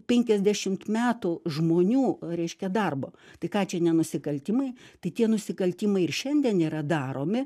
penkiasdešimt metų žmonių reiškia darbo tai ką čia ne nusikaltimai tai tie nusikaltimai ir šiandien yra daromi